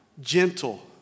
gentle